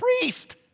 priest